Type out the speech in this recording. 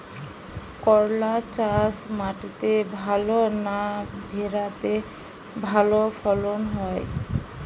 করলা চাষ মাটিতে ভালো না ভেরাতে ভালো ফলন হয়?